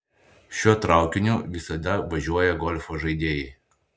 šiuo traukiniu visada važiuoja golfo žaidėjai